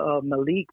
Malik